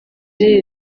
riri